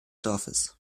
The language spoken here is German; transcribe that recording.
dorfes